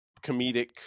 comedic